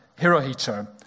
Hirohito